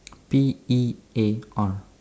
P E A R